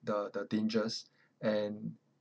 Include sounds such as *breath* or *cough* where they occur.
the the dangers *breath* and